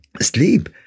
sleep